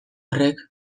horrek